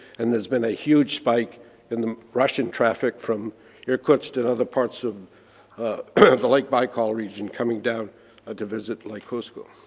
and there's been a huge spike in the russian traffic from irkutsk to other parts of the lake baikal region coming down ah to visit lake hovsgol.